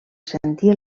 sentir